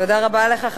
תודה רבה לך,